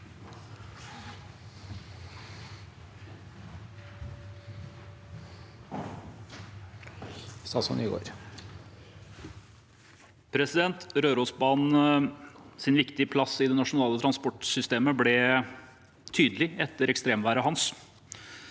Rørosbanens viktige plass i det nasjonale transportsystemet ble tydelig etter ekstremværet Hans.